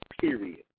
period